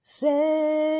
say